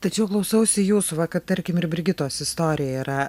tačiau klausausi jūsų va kad tarkim ir brigitos istorija yra